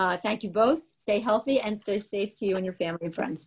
print thank you both stay healthy and stay safe you and your family and friends